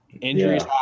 injuries